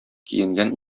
киенгән